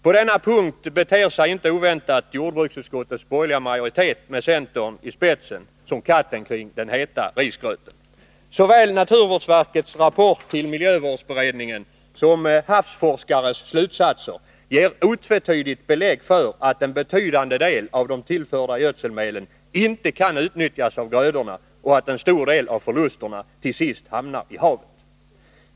På denna punkt beter sig inte oväntat jordbruksutskottets borgerliga majoritet med centern i spetsen som katten kring den heta risgröten. Såväl naturvårdsverkets rapport till miljövårdsberedningen som havsforskares slutsatser ger otvetydigt belägg för att en betydande del av de tillförda gödselmedlen inte kan utnyttjas av grödorna och att en stor del av förlusterna till sist hamnar i havet.